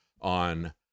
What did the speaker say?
on